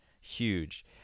huge